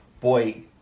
boy